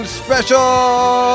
special